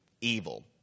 evil